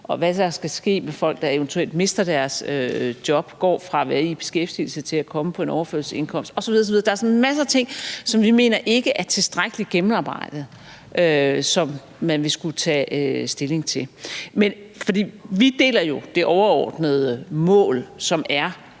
og hvad der skal ske med folk, der eventuelt mister deres job og går fra at være i beskæftigelse til at komme på en overførselsindkomst, osv., osv. Der er sådan set masser af ting, som vi ikke mener er tilstrækkeligt gennemarbejdet, og som man vil skulle tage stilling til. For vi deler jo det overordnede mål, som er,